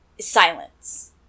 Silence